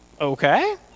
Okay